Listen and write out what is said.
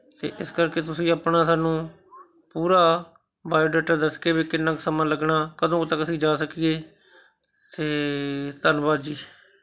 ਅਤੇ ਇਸ ਕਰਕੇ ਤੁਸੀਂ ਆਪਣਾ ਸਾਨੂੰ ਪੂਰਾ ਬਾਇਓਡਾਟਾ ਦੱਸ ਕੇ ਵੀ ਕਿੰਨਾ ਕੁ ਸਮਾਂ ਲੱਗਣਾ ਕਦੋਂ ਤੱਕ ਅਸੀਂ ਜਾ ਸਕੀਏ ਅਤੇ ਧੰਨਵਾਦ ਜੀ